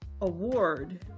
award